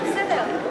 זה בסדר.